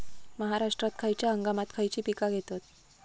महाराष्ट्रात खयच्या हंगामांत खयची पीका घेतत?